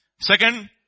Second